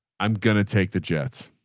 i'm going to take the jets.